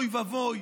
אוי ואבוי,